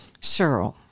Cheryl